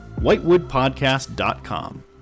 whitewoodpodcast.com